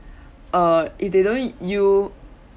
err it didn't u~